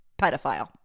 pedophile